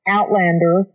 Outlander